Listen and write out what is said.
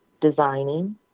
designing